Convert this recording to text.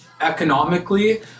economically